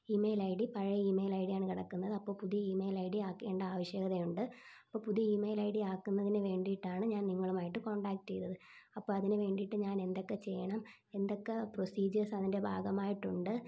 email I D പഴയ email I ഡിയാണ് കിടക്കുന്നത് അപ്പോൾ പുതിയ ഈമെയിൽ ഐ ഡിയാക്കേണ്ട ആവശ്യകതയുണ്ട് അപ്പം പുതിയ ഈമയിൽ ഐ ഡിയാക്കുന്നതിന് വേണ്ടീട്ടാണ് ഞാൻ നിങ്ങളുമായിട്ട് കോൺടാക്റ്റ് ചെയ്തത് അപ്പം അതിന് വേണ്ടീട്ട് ഞാനെന്തൊക്കെ ചെയ്യണം എന്തൊക്കെ പ്രോസിജിയേഴ്സ് അതിൻ്റെ ഭാഗമായിട്ടുണ്ട്